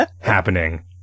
happening